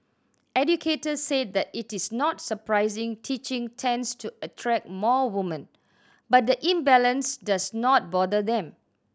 educators said that it is not surprising teaching tends to attract more woman but the imbalance does not bother them